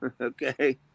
Okay